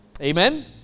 Amen